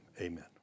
amen